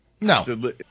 No